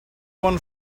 won